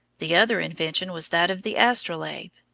the other invention was that of the astrolabe.